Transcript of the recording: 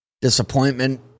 disappointment